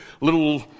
little